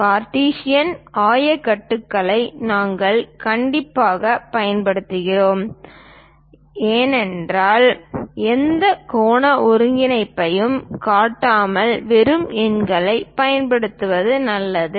Cartesian ஆயக்கட்டுகளை நாங்கள் கண்டிப்பாக பின்பற்றுகிறோம் என்றால் எந்த கோண ஒருங்கிணைப்பையும் காட்டாமல் வெறும் எண்களைப் பயன்படுத்துவது நல்லது